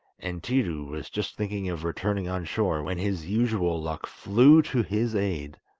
and tiidu was just thinking of returning on shore when his usual luck flew to his aid.